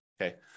okay